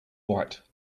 white